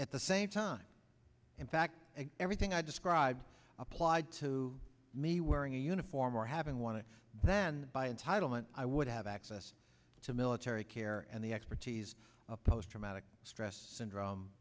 at the same time in fact everything i described applied to me wearing a uniform or having wanted then by entitlement i would have access to military care and the expertise of post traumatic stress syndrome